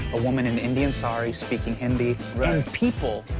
a woman in indian sari speaking hindi. and people,